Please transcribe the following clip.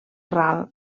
ral